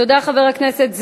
תודה, חבר הכנסת זאב.